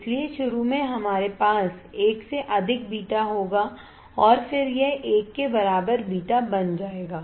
इसलिए शुरू में हमारे पास एक से अधिक बीटा होगा और फिर यह 1 के बराबर बीटा बन जाएगा